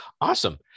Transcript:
Awesome